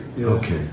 okay